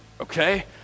okay